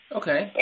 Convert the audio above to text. okay